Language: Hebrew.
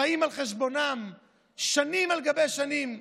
חיים על חשבונם שנים על גבי שנים.